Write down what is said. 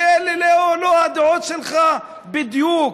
שאלה לא הדעות שלך בדיוק,